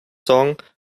song